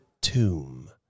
tomb